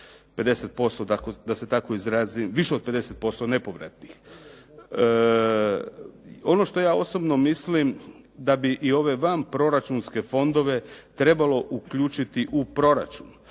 50% da se tako izrazim, više od 50% nepovratnih. Ono što ja osobno mislim da bi i ove vanproračunske fondove trebalo uključiti u proračun.